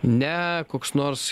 ne koks nors